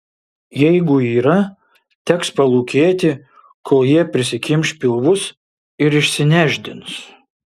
jeigu yra teks palūkėti kol jie prisikimš pilvus ir išsinešdins